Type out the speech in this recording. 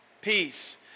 peace